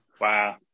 Wow